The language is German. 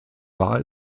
war